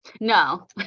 No